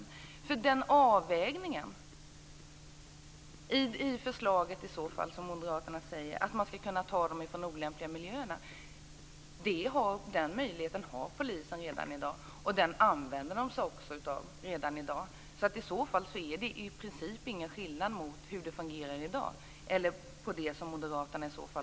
Moderaterna skriver i förslaget att polisen skall kunna ta minderåriga från olämpliga miljöer. Den möjligheten har polisen redan i dag, och den använder man sig också av redan i dag. Det är i princip ingen skillnad mellan det som moderaterna föreslår och hur det fungerar i dag.